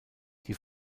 die